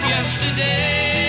Yesterday